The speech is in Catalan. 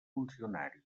funcionari